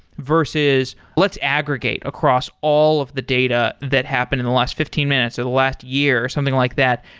versus let's aggregate across all of the data that happened in the last fifteen minutes or the last year or something like that.